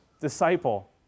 disciple